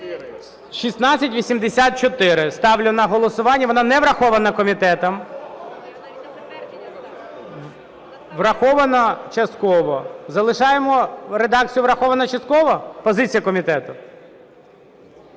1684 ставлю на голосування. Вона не врахована комітетом. (Шум у залі) Врахована частково. Залишаємо редакцію "врахована частково"? Позиція комітету.